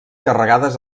carregades